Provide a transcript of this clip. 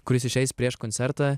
kuris išeis prieš koncertą